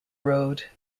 road